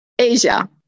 Asia